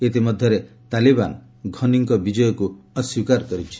ଇତିମଧ୍ୟରେ ତାଲିବାନ ଘନୀଙ୍କ ବିଜୟକୁ ଅସ୍ପୀକାର କରିଛି